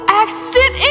accident